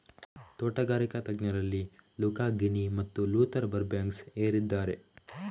ತೋಟಗಾರಿಕಾ ತಜ್ಞರಲ್ಲಿ Luca Ghini ಮತ್ತು ಲೂಥರ್ ಬರ್ಬ್ಯಾಂಕ್ಸ್ ಏರಿದ್ದಾರೆ